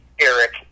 Eric